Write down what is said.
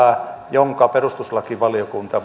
jonka perustuslakivaliokunta